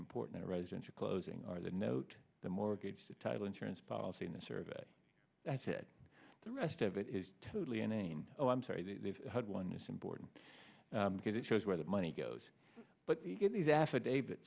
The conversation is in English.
important residential closing are the note the mortgage the title insurance policy in the survey that's the rest of it is totally inane oh i'm sorry the headline is important because it shows where the money goes but you get these affidavit